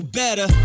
better